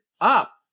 up